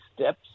steps